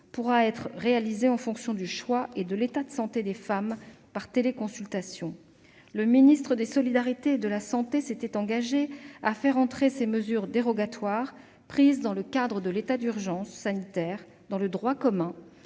pourra être réalisé en fonction du choix et de l'état de santé des femmes par téléconsultation. Le ministre des solidarités et de la santé s'était engagé à faire entrer ces mesures dérogatoires prises dans le cadre de l'état d'urgence sanitaire dans le droit commun.